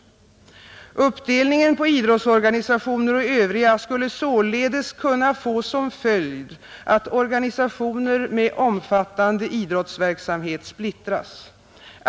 Uppdelningen på idrottsorganisationer och övriga skulle således kunna få som följd, att organisationer med omfattande idrottsverksamhet splittras.